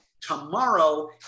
tomorrow